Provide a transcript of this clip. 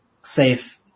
safe